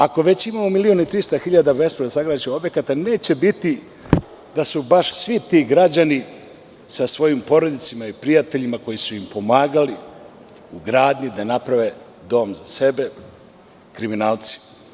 Ako imamo već 1.300.000 bespravno sagrađenog objekta neće biti da su baš svi ti građani, sa svojim porodicama i prijateljima koji su im pomagali u gradnji da naprave dom za sebe kriminalci.